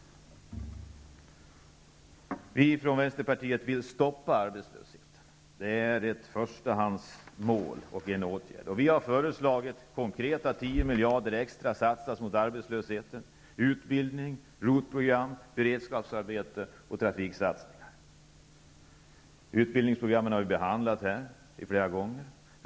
Vi från Vänsterpartiet vill stoppa arbetslösheten. Den åtgärden är ett förstahandsmål. Vi har konkret föreslagit att 10 miljader extra skall satsas i åtgärder mot arbetslösheten i form av utbildning, ROT Utbildningsprogrammen har vi behandlat här i kammaren fler gånger.